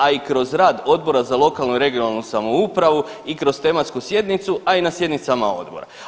A i kroz rad Odbora za lokalnu i regionalnu samoupravu i kroz tematsku sjednicu, a i na sjednicama odbora.